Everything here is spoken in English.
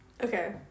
Okay